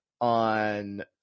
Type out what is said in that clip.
on